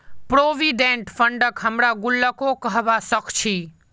provident फंडक हमरा गुल्लको कहबा सखछी